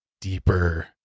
deeper